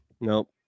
Nope